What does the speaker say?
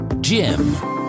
Jim